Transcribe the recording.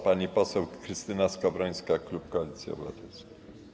Pani poseł Krystyna Skowrońska, klub Koalicji Obywatelskiej.